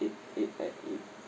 it it at it